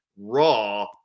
raw